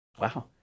Wow